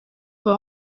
for